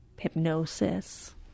Hypnosis